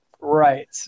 Right